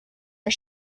are